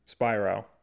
Spyro